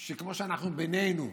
שכמו שאנחנו בינינו,